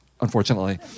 unfortunately